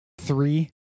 Three